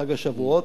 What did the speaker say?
חג השבועות,